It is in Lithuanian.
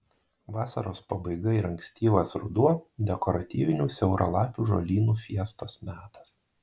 vasaros pabaiga ir ankstyvas ruduo dekoratyvinių siauralapių žolynų fiestos metas